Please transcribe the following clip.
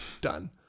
done